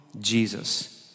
Jesus